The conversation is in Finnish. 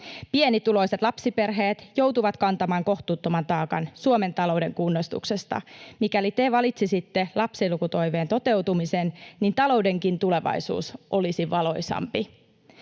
Pienituloiset lapsiperheet joutuvat kantamaan kohtuuttoman taakan Suomen talouden kunnostuksesta. Mikäli te valitsisitte lapsilukutoiveen toteutumisen, taloudenkin tulevaisuus olisi valoisampi.